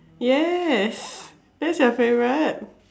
yes that's your favorite